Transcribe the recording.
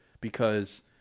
because-